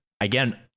Again